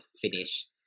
finish